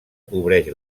cobreix